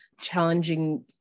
challenging